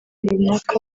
runaka